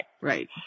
Right